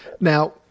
Now